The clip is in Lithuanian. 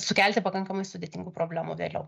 sukelti pakankamai sudėtingų problemų vėliau